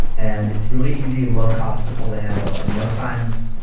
and it's really easy and low cost to pull the handle, and most times,